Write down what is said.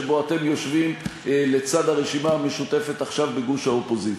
שבו אתם יושבים עכשיו לצד הרשימה המשותפת בגוש האופוזיציה.